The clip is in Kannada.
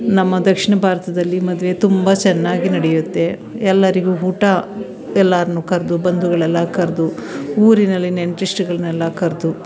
ನಮ್ಮ ದಕ್ಷಿಣ ಭಾರತದಲ್ಲಿ ಮದುವೆ ತುಂಬ ಚೆನ್ನಾಗಿ ನಡೆಯುತ್ತೆ ಎಲ್ಲರಿಗೂ ಊಟ ಎಲ್ಲರನ್ನೂ ಕರೆದು ಬಂಧುಗಳೆಲ್ಲ ಕರೆದು ಊರಿನಲ್ಲಿ ನೆಂಟ್ರಿಸ್ಟ್ಗಳನ್ನೆಲ್ಲ ಕರೆದು